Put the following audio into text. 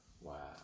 Wow